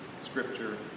scripture